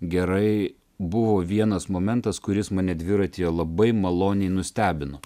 gerai buvo vienas momentas kuris mane dviratyje labai maloniai nustebino